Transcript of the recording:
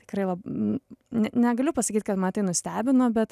tikrai lab ne negaliu pasakyt kad mane tai nustebino bet